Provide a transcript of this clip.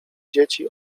dzieci